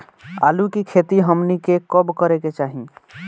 आलू की खेती हमनी के कब करें के चाही?